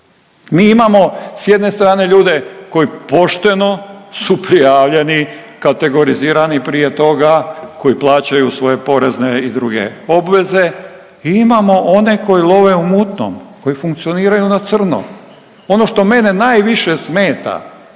Mi imamo s jedne strane ljude koji pošteno su prijavljeni, kategorizirani prije toga, koji plaćaju svoje porezne i druge obveze i imamo one koji love u mutnom, koji funkcioniraju na crno. Ono što mene najviše smeta